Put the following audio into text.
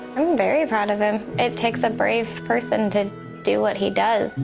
i'm very proud of him. it takes a brave person to do what he does.